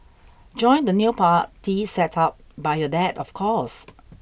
join the new party set up by your dad of course